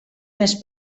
més